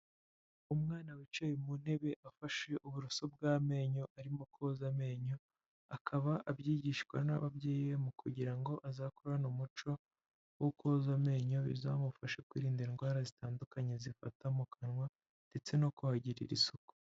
Umwana wicaye mu ntebe afashe uburoso bw'amenyo arimo koza amenyo, akaba abyigishwa n'ababyeyi be mu kugira ngo azakorane umuco wo koza amenyo, bizamufasha kwirinda indwara zitandukanye zifata mu kanwa ndetse no kuhagirira isuku.